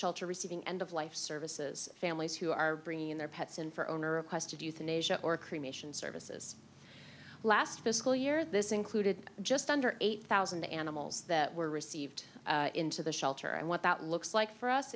shelter receiving end of life services families who are bringing their pets in for owner of quest to do thin asia or cremation services last fiscal year this included just under eight thousand animals that were received into the shelter and what that looks like for us